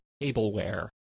tableware